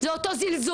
זה אותו זלזול,